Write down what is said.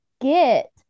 get